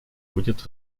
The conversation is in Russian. будет